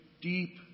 deep